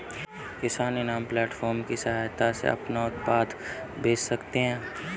किसान इनाम प्लेटफार्म की सहायता से अपना उत्पाद बेच सकते है